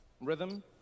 Rhythm